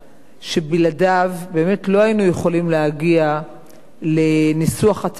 שבלעדיו באמת לא היינו יכולים להגיע לניסוח הצעת החוק הזאת,